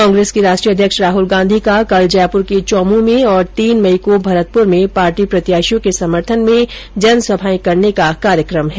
कांग्रेस के राष्ट्रीय अध्यक्ष राहुल गांधी का कल जयपुर के चौनूं में और तीन मई को भरतपुर में पार्टी प्रत्याशियों के समर्थन में जनसभाएं करने का कार्यक्रम है